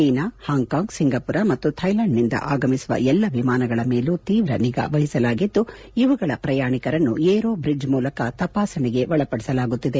China Hong Kong Singapore ಮತ್ತು ಥೈಲ್ಯಾಂಡ್ನಿಂದ ಆಗಮಿಸುವ ಎಲ್ಲಾ ವಿಮಾನಗಳ ಮೇಲೂ ತೀವ್ರ ನಿಗಾವಹಿಸಲಾಗಿದ್ದು ಇವುಗಳ ಪ್ರಯಾಣಿಕರನ್ನು ಏರೋ ಬ್ರಿಡ್ಜ್ ಮೂಲಕ ತಪಾಸಣೆಗೆ ಒಳಪಡಿಸಲಾಗುತ್ತಿದೆ